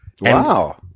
Wow